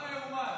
לא ייאמן.